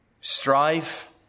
strife